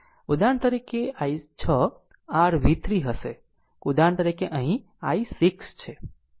ઉદાહરણ તરીકે i6 r v3 હશે ઉદાહરણ તરીકે અહીં i6 છે